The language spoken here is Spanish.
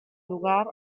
lugar